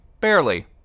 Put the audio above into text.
barely